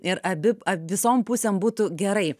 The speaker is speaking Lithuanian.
ir abi visom pusėm būtų gerai